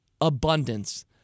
Abundance